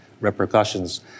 repercussions